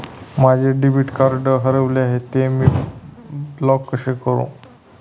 माझे debit card हरविले आहे, ते मी ब्लॉक कसे करु?